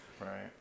Right